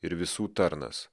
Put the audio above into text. ir visų tarnas